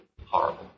horrible